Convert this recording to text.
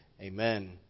Amen